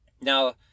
Now